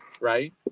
right